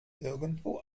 irgendwo